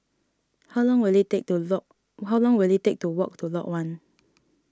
how long will it take to lock how long will it take to walk to Lot one